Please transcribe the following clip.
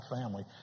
family